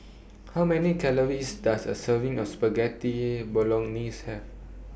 How Many Calories Does A Serving of Spaghetti Bolognese Have